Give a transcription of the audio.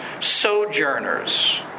sojourners